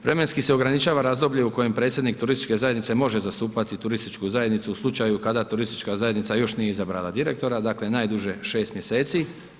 Vremenski se ograničava razdoblje u kojem predsjednik turističke zajednice može zastupati turističku zajednicu u slučaju kada turistička zajednica još nije izabrala direktora, dakle, najduže 6 mjeseci.